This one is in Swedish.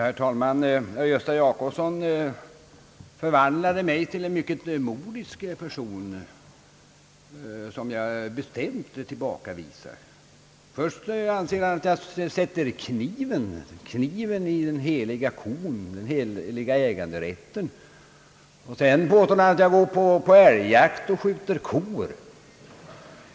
Herr talman! Herr Gösta Jacobsson förvandlade mig till en mycket mordisk person, vilket jag bestämt tillbakavisar. Först anser han att jag sätter kniven i den heliga kon, den heliga äganderätten, och sedan påstår han att Ang. markvärdebeskattningen jag går på älgjakt och skjuter kor.